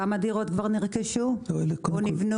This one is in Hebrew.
כמה דירות כבר נרכשו או נבנו?